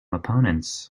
opponents